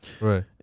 Right